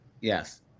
yes